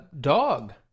dog